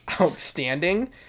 outstanding